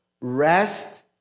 Rest